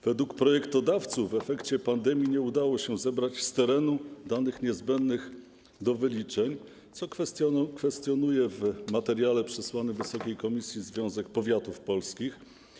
Według projektodawców z powodu pandemii nie udało się zebrać z terenu danych niezbędnych do wyliczeń, co kwestionuje w materiale przesłanym wysokiej komisji Związek Powiatów Polskich.